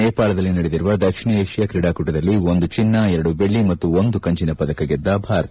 ನೇಪಾಳದಲ್ಲಿ ನಡೆದಿರುವ ದಕ್ಷಿಣ ಏಷ್ಯಾ ಕ್ರೀಡಾಕೂಟದಲ್ಲಿ ಒಂದು ಚಿನ್ನ ಎರಡು ಬೆಳ್ಳ ಮತ್ತು ಒಂದು ಕಂಚಿನ ಪದಕ ಗೆದ್ದ ಭಾರತ